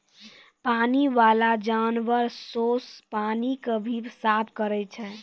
पानी बाला जानवर सोस पानी के भी साफ करै छै